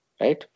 right